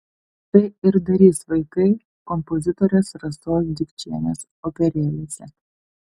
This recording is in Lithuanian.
tai ir darys vaikai kompozitorės rasos dikčienės operėlėse